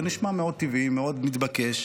זה נשמע מאוד טבעי, מאוד מתבקש.